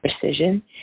precision